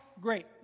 great